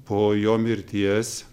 po jo mirties